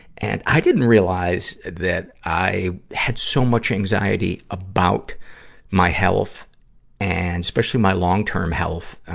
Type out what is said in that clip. and i didn't realize that i had so much anxiety about my health and especially my long-term health, ah,